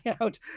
out